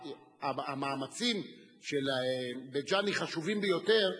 המאמצים של בית-ג'ן חשובים ביותר,